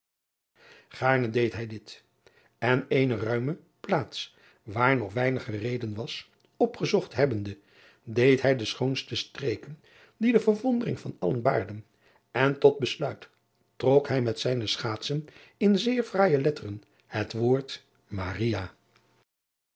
aarne deed hij dit en eene ruime plaats waar nog weinig gereden was opgezocht hebbende deed hij de schoonste streken die de verwondering van allen baarden en tot besluit trok hij met zijne schaatsen in zeer fraaije letteren het woord